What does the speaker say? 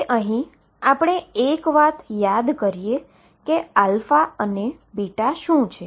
હવે અહી આપણે એક વાત યાદ કરીએ કે અને શું છે